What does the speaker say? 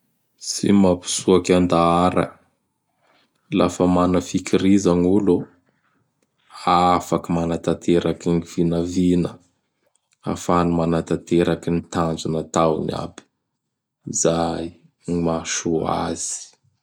Tsy mampitsoaky an-daara. Lafa mana fikiriza gn' olo ô. Afaky manantanteraky gn vinavina; ahafahany manantanteraky ny tanjona ataony aby. Izay gny mahasoa azy.